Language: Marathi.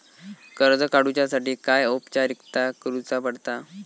कर्ज काडुच्यासाठी काय औपचारिकता करुचा पडता?